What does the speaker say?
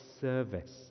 service